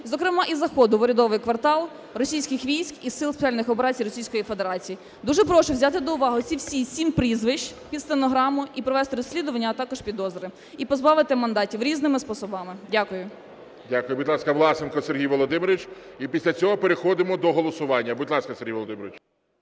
зокрема і заходу в урядовий квартал російських військ і Сил спеціальних операцій Російської Федерації. Дуже прошу взяти до уваги ці всі сім прізвищ, під стенограму, і провести розслідування, а також підозри, і позбавити мандатів різними способами. Дякую. ГОЛОВУЮЧИЙ. Дякую. Будь ласка, Власенко Сергій Володимирович. І після цього переходимо до голосування. Будь ласка, Сергій Володимирович.